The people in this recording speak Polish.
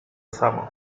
samo